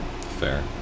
Fair